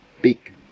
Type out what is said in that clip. big